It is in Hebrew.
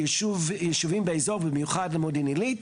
לישובים באזור ובמיוחד למודיעין עילית,